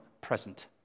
present